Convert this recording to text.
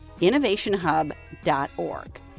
innovationhub.org